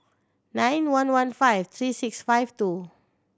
nine one one five three six five two